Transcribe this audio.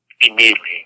immediately